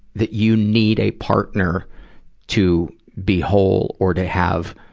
that you need a partner to be whole or to have,